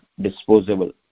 disposable